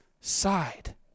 side